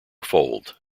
fold